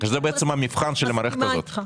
זה בעצם המבחן של המערכת הזאת.